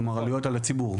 כלומר עלויות על הציבור.